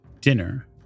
dinner